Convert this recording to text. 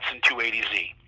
280Z